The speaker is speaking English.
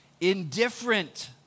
indifferent